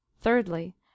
Thirdly